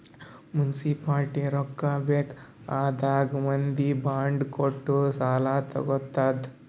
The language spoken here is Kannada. ಮುನ್ಸಿಪಾಲಿಟಿ ರೊಕ್ಕಾ ಬೇಕ್ ಆದಾಗ್ ಮಂದಿಗ್ ಬಾಂಡ್ ಕೊಟ್ಟು ಸಾಲಾ ತಗೊತ್ತುದ್